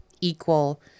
equal